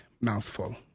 mouthful